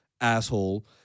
asshole